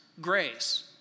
grace